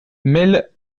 mail